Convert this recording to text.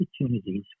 opportunities